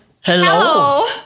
Hello